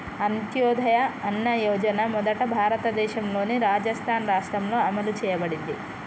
అంత్యోదయ అన్న యోజన మొదట భారతదేశంలోని రాజస్థాన్ రాష్ట్రంలో అమలు చేయబడింది